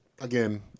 again